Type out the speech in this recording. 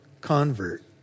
convert